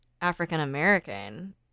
African-American